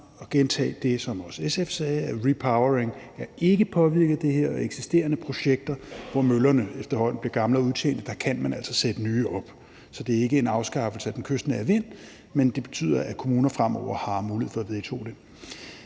at gentage det, som også SF sagde, nemlig at repowering ikke er påvirket af det her, og at man altså i eksisterende projekter, hvor møllerne efterhånden bliver gamle og udtjente, kan sætte nye op. Så det er ikke en afskaffelse af den kystnære vind, men det betyder, at kommunerne fremover har mulighed for at vetoe det.